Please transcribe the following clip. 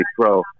Pro